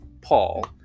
Paul